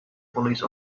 police